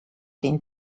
den